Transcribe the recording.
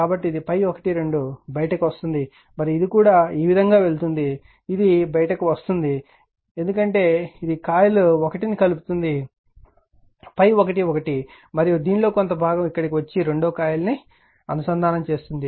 కాబట్టి ఇది ∅12 బయటకు వస్తోంది మరియు ఇది కూడా ఈ విధంగా వెళ్తుంది ఇది బయటకు వస్తోంది ఎందుకంటే ఇది కాయిల్ 1 ను కలుపుతుంది ∅11 మరియు దీనిలో కొంత భాగం ఇక్కడకు వచ్చి కాయిల్ 2 ను లింక్ చేస్తుంది